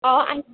অঁ আহিব